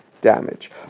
damage